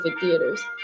theaters